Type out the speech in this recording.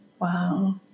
Wow